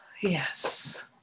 yes